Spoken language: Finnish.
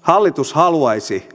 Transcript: hallitus haluaisi